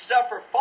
suffer